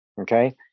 okay